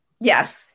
Yes